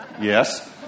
yes